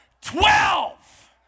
Twelve